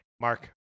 Mark